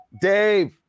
Dave